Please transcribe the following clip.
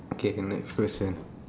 K the next question